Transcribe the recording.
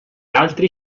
altri